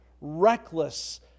reckless